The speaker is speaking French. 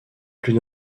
plus